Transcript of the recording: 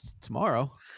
tomorrow